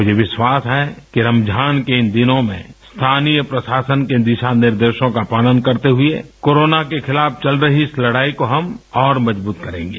मुझे विश्वास है कि रमजान के इन दिनों में स्थानीय प्रशासन के दिशा निर्देशों का पालन करते हुए कोरोना के खिलाफ चल रही इस लड़ाई को हम और मजबूत करेंगे